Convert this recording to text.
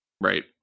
Right